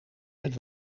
met